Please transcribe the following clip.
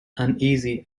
uneasy